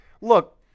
Look